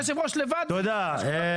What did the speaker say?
תודה.